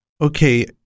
Okay